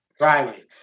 Riley